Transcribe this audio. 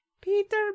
peter